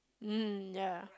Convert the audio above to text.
mm ya